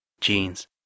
jeans